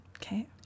Okay